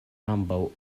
ambaŭ